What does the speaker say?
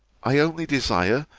i only desire,